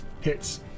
hits